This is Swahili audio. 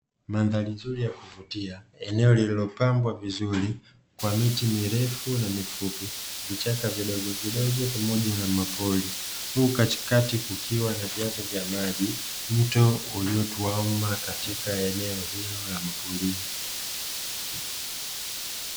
Mandhari nzuri ya kuvutia, eneo lililopambwa vizuri na miti mirefu na mifupi, vichaka vidogovidogo pamoja na mapori, huku katikati kukiwa na vyanzo vya maji, mto uliotuama katika eneo hilo la maporini.